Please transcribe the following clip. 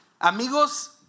Amigos